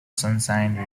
sunshine